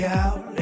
out